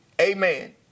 Amen